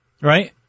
right